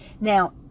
Now